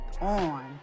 on